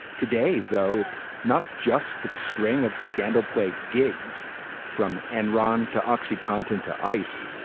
today, though, it's not just the string of scandal plagued gigs from enron to oxycontin to ice,